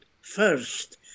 first